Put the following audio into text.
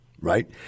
right